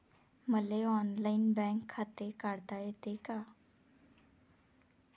मले online bank खाते काढता येते का?